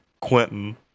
Quentin